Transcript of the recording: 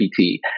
GPT